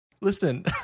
Listen